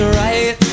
right